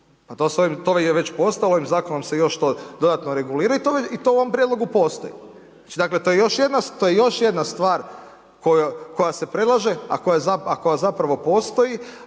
to je već postalo i zakonom se još to dodatno i regulira i to u ovom prijedlogu postoji. To je još jedna stvar koja se predlaže, a koja zapravo postoji,